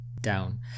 down